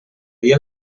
dir